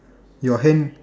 your hand